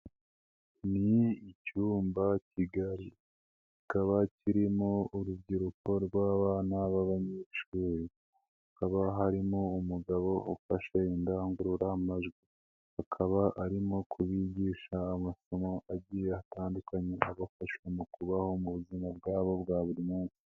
Ni icyumba kigari kikaba kirimo urubyiruko rw'abana b'abanyeshuri, hakaba harimo umugabo ufashe indangururamajwi akaba arimo kubigisha amasomo agiye atandukanye abafasha mu kubaho mu buzima bwabo bwa buri munsi.